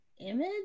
image